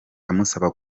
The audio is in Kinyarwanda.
amusaba